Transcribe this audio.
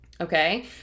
okay